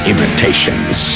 Imitations